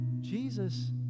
Jesus